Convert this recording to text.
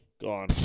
gone